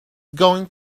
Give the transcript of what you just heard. going